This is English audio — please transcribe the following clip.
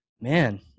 Man